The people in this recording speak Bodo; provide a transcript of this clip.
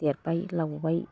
देरबाय लावबाय